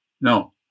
No